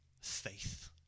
faith